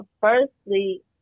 firstly